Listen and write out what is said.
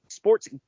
Sports